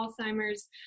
Alzheimer's